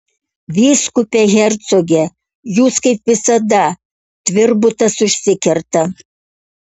vyskupe hercoge jūs kaip visada tvirbutas užsikerta